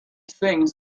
things